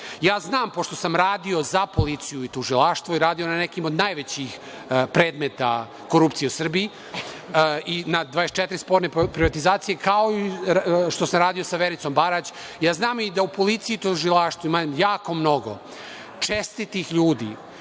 Ja znam, pošto sam radio za policiju i tužilaštvo i radio na nekim od najvećih predmeta korupcije u Srbiji, na 24 sporne privatizacije, kao i što sam radio sa Vericom Barać. znam i da u policiji i tužilaštvu ima jako mnogo čestitih ljudi